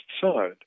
Side